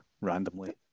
randomly